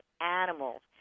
animals